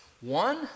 one